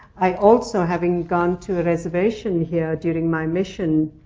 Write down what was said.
i also, having gone to a reservation here during my mission,